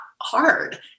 hard